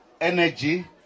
energy